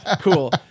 cool